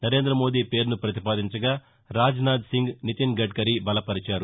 నరేంరమోదీ పేరును ప్రతిపాదించగా రాజ్నాథ్సింగ్ నితిన్ గడ్కరీ బలపరిచారు